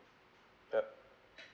the